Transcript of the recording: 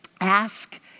ask